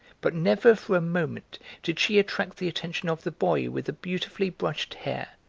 but never for a moment did she attract the attention of the boy with the beautifully-brushed hair,